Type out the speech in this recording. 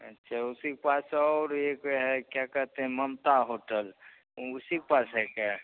अच्छा उसी के पास और एक है क्या कहते हैं ममता होटल वह उसी के पास है क्या